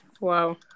Wow